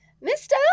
Mister